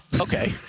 Okay